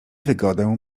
wygodę